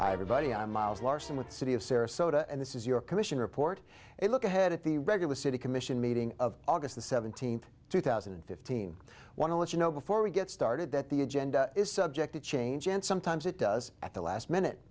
everybody i'm miles larson with city of sarasota and this is your commission report a look ahead at the regular city commission meeting of august the seventeenth two thousand and fifteen want to let you know before we get started that the agenda is subject to change and sometimes it does at the last minute